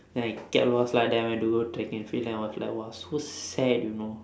then I get lost lah then I went to go track and field then after that !wah! so sad you know